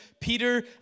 Peter